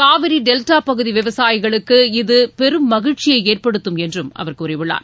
Kaveri delta பகுதி விவசாயிகளுக்கு இது பெரும் மகிழ்ச்சியை ஏற்படுத்தும் என்றும் அவர் கூறியுள்ளார்